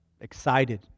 excited